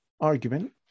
argument